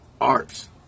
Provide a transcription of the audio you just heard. arts